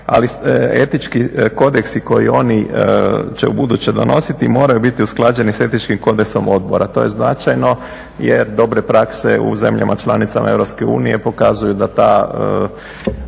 ali etički kodeksi koji oni će ubuduće donositi moraju biti usklađeni s etičkim kodeksom odbora. To je značajno jer dobre prakse u zemljama članicama Europske unije pokazuju da ta